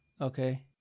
Okay